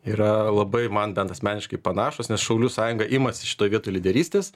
yra labai man bent asmeniškai panašūs nes šaulių sąjunga imasi šitoj vietoj lyderystės